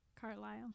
Carlisle